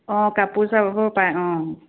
অঁ কাপোৰ চাপোৰ পায় অঁ